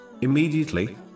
immediately